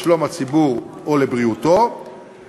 לשלום הציבור או לבריאותו,